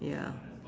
ya